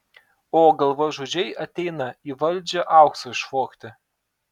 o galvažudžiai ateina į valdžią aukso išvogti